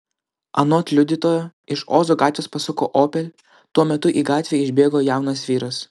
anot liudytojo iš ozo gatvės pasuko opel tuo metu į gatvę išbėgo jaunas vyras